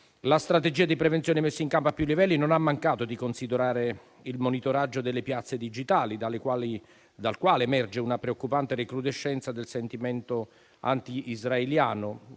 La strategia di prevenzione messa in campo a più livelli non ha mancato di considerare il monitoraggio delle piazze digitali, dal quale emerge una preoccupante recrudescenza del sentimento anti-israeliano,